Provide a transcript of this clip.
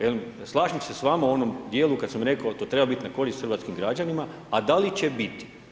Velim, slažem se s vama u onom dijelu kada sam rekao, to treba biti na korist hrvatskih građanima, a da li će biti.